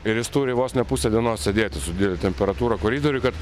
ir jis turi vos ne pusę dienos sėdėti su didele temperatūra koridoriuj kad